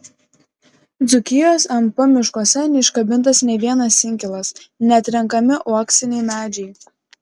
dzūkijos np miškuose neiškabintas nė vienas inkilas neatrenkami uoksiniai medžiai